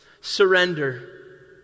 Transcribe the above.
Surrender